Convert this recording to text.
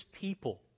people